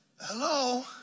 Hello